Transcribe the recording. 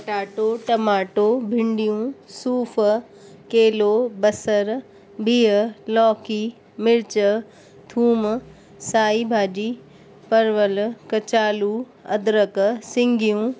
potato tomato भिंडियूं सूफ़ केलो बसर बिह लोकी मिर्च थूम साई भाॼी परवल कचालू अदरक सिंघियूं